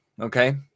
okay